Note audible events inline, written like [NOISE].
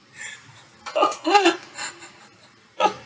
[LAUGHS]